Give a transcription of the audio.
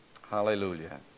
Hallelujah